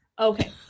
okay